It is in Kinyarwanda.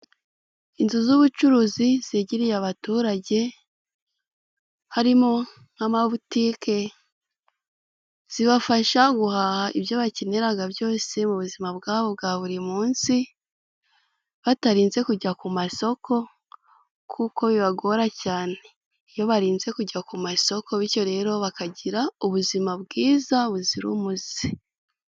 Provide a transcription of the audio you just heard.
Inzu z'ubucuruzi zegereye abaturage harimo nk'amabutike zibafasha guhaha ibyo bakeneraga byose mu buzima bwabo bwa buri munsi, batarinze kujya ku masoko kuko bibagora cyane iyo barinze kujya ku ma isoko, bityo rero bakagira ubuzima bwiza buzira umuze.